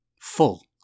full